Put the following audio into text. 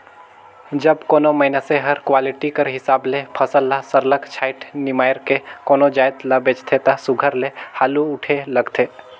जब कोनो मइनसे हर क्वालिटी कर हिसाब ले फसल ल सरलग छांएट निमाएर के कोनो जाएत ल बेंचथे ता सुग्घर ले हालु उठे लगथे